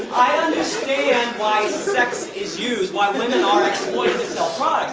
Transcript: i understand why sex is used, why women are exploited to sell products